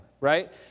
Right